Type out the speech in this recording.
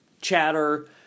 chatter